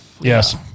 Yes